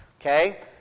Okay